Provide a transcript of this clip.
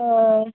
ആ